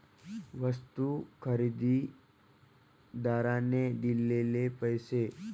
वस्तू खरेदीदाराने दिलेले पैसे